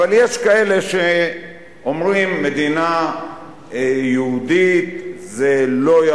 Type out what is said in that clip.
אבל יש כאלה שאומרים: מדינה יהודית זה לא יהיה,